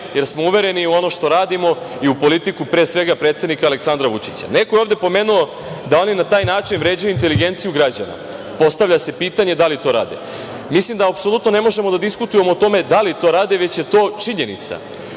jer smo uvereni u ono što radimo i u politiku, pre svega predsednika Aleksandra Vučića. Neko je ovde pomenuo da oni na taj način vređaju inteligenciju građana. Postavlja se pitanje da li to rade? Mislim da apsolutno ne možemo da diskutujemo o tome da li to rade, već je to činjenica.